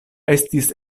estis